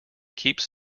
keeps